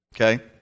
Okay